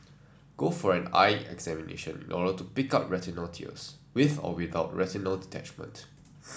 go for an eye examination in order to pick up retinal tears with or without retinal detachment